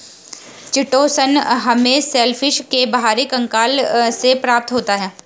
chitosan हमें shellfish के बाहरी कंकाल से प्राप्त होता है